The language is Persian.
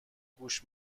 گوش